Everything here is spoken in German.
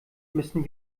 müssen